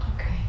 Okay